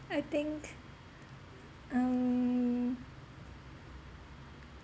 I think um